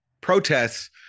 protests